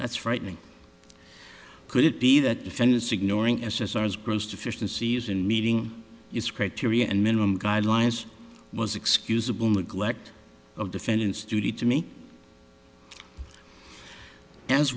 that's frightening could it be that defendants ignoring s s r is gross deficiencies in meeting its criteria and minimum guidelines was excusable neglect of defendant's duty to me as